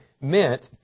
meant